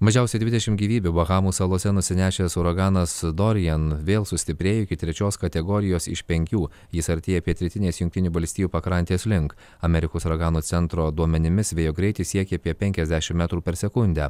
mažiausiai dvidešim gyvybių bahamų salose nusinešęs uraganas dorian vėl sustiprėjo iki trečios kategorijos iš penkių jis artėja pietrytinės jungtinių valstijų pakrantės link amerikos uraganų centro duomenimis vėjo greitis siekė apie penkiasdešim metrų per sekundę